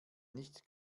nicht